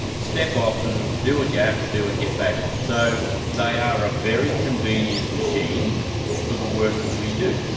step off them, do what you have to do and get back on. so they are a very convenient machine for the work that we do.